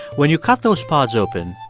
when you cut those pods open,